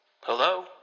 Hello